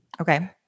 Okay